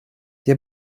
der